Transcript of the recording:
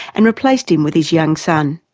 and replaced him with his young son.